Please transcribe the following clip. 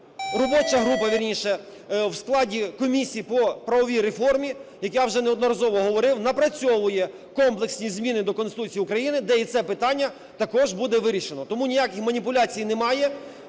робоча група, вірніше, в складі комісії по правовій реформі, як я вже неодноразово говорив, напрацьовує комплексні зміни до Конституції України, де і це питання також буде вирішено. Тому ніяких маніпуляцій немає.